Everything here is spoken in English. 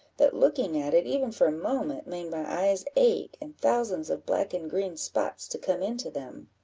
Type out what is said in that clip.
that looking at it, even for a moment, made my eyes ache, and thousands of black and green spots to come into them.